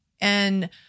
and-